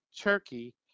turkey